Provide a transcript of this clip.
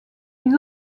ils